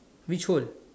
which hole